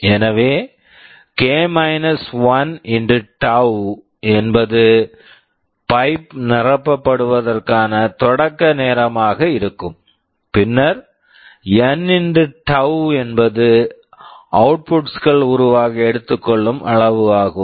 எனவே x tau என்பது pipe pipe நிரப்பப்படுவதற்கான தொடக்க நேரமாக ஆக இருக்கும் பின்னர் N x tau என்பது அவுட்புட்ஸ் outputs கள் உருவாக எடுத்துக்கொள்ளும் அளவு ஆகும்